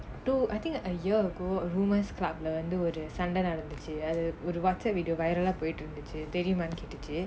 two I think that a year ago a rumour லந்து ஒரு சண்டை நடந்துச்சு அது ஒரு:lanthu oru sanda nadanthuchi athu oru WhatsApp video viral eh போயிட்டு இருந்துச்சி தெரியுமான்னு கேட்டுச்சு:poyittu irunthuchi teriyumaanu ketuchi